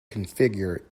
configure